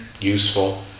useful